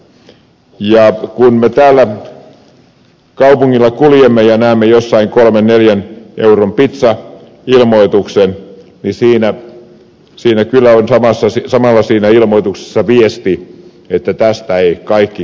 kun me täällä kaupungilla kuljemme ja näemme jossain kolmen neljän euron pitsailmoituksen niin siinä ilmoituksessa kyllä on samalla viesti että tästä eivät kaikki kaikkia saa